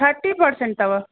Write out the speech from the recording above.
thirty percent अथव